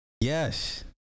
Yes